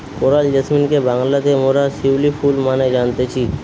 coral জেসমিনকে বাংলাতে মোরা শিউলি ফুল মানে জানতেছি